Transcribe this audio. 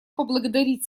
поблагодарить